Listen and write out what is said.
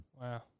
Wow